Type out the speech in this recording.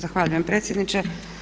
Zahvaljujem predsjedniče.